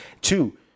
Two